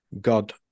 God